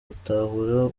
gutahura